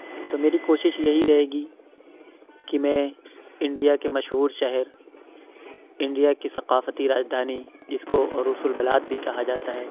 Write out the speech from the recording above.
تو میری کوشش یہی رہے گی کہ میں انڈیا کے مشہور شہر انڈیا کی ثقافتی راجدھانی جس کو عروس البلاد بھی کہا جاتا ہے